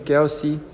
Kelsey